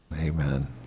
Amen